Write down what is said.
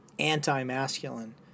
Anti-masculine